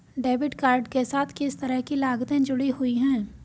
Debit card के साथ किस तरह की लागतें जुड़ी हुई हैं?